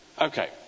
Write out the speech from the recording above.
Okay